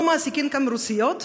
לא מעסיקים כאן רוסיות.